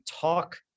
talk